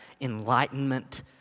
enlightenment